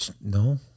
No